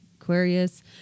Aquarius